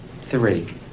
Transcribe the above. Three